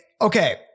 okay